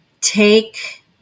take